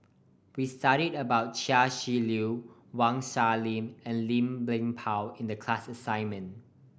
we studied about Chia Shi Lu Wang Sha and Lim Chuan Poh in the class assignment